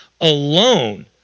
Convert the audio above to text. alone